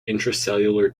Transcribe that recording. intracellular